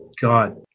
God